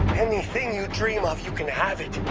anything you dream of, you can have it.